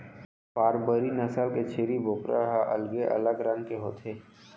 बारबरी नसल के छेरी बोकरा ह अलगे अलग रंग के होथे